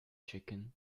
chicken